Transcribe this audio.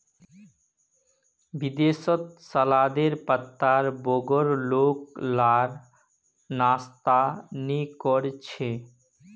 विदेशत सलादेर पत्तार बगैर लोग लार नाश्ता नि कोर छे